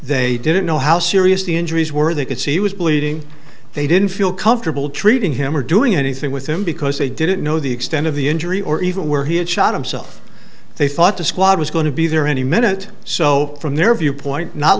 they didn't know how serious the injuries were they could see he was bleeding they didn't feel comfortable treating him or doing anything with him because they didn't know the extent of the injury or even where he had shot himself they thought the squad was going to be there any minute so from their viewpoint not